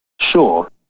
Sure